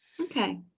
Okay